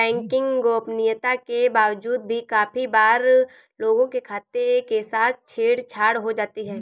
banking गोपनीयता के बावजूद भी काफी बार लोगों के खातों के साथ छेड़ छाड़ हो जाती है